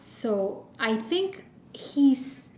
so I think he's